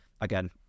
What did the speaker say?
again